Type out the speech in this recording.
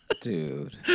Dude